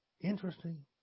interesting